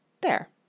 There